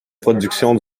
production